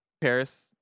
Paris